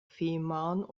fehmarn